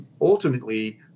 Ultimately